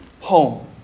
home